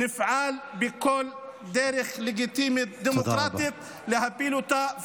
אנחנו נפעל בכל דרך לגיטימית דמוקרטית להפיל אותה,